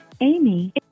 Amy